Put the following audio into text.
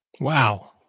wow